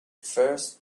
first